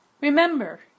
Remember